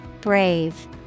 Brave